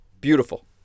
Beautiful